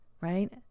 right